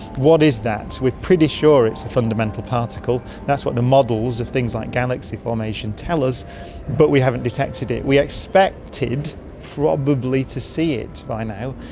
what is that? we're pretty sure it's a fundamental particle, that's what the models of things like galaxy formation tell us but we haven't detected it. we expected probably to see it by now.